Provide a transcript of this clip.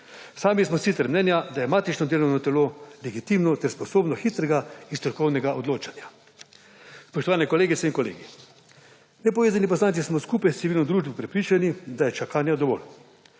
Sami smo sicer mnenja, da je matično delovno telo legitimno ter sposobno hitrega in strokovnega odločanja. Spoštovane kolegice in kolegi! Nepovezani poslanci smo skupaj s civilno družbo prepričani, da je čakanja dovolj.